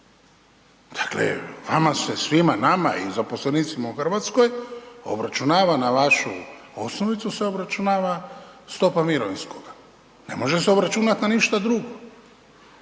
Dakle, vama se svima nama i zaposlenicima u Hrvatskoj obračunava na vašu osnovicu se obračunava stopa mirovinskoga, ne može se obračunati na ništa drugo.